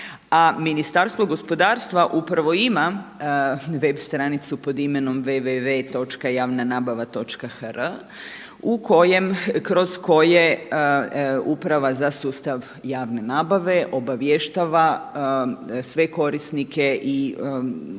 Ministarstvo gospodarstva upravo ima web stranicu pod imenom www.javna nabava.hr. kroz koje Uprava za sustav javne nabave obavještava sve korisnike i u suštini